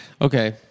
Okay